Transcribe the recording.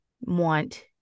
want